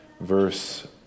verse